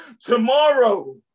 Tomorrow